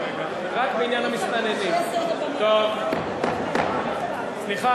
המסתננים, שעליה